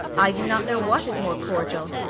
i do not know what is more cordial.